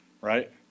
right